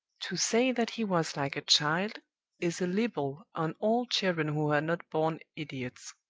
to say that he was like a child is a libel on all children who are not born idiots.